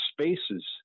spaces